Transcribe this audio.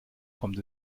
kommt